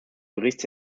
berichts